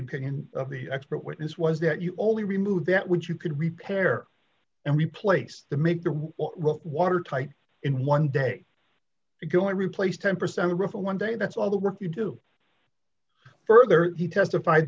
opinion of the expert witness was that you only removed that which you could repair and replaced to make the right watertight in one day to go and replace ten percent of the one day that's all the work you do further he testified